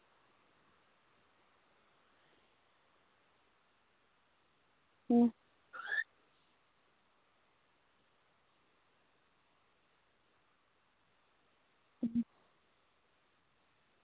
अं